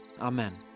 Amen